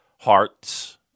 Hearts